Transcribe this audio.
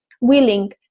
willing